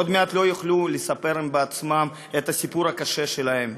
עוד מעט לא יוכלו לספר הם עצמם את הסיפור הקשה שלהם,